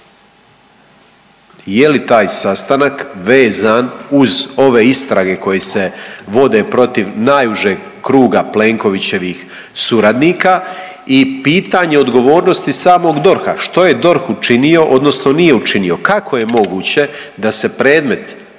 Je li taj sastanak vezan uz ove istrage koje se vode protiv najužeg kruga Plenkovićevih suradnika i pitanje odgovornosti samog DORH-a, što je DORH učinio odnosno nije učinio, kako je moguće da se predmet